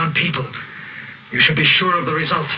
on people you should be sure of the results